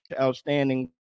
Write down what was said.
outstanding